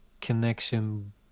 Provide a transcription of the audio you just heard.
connection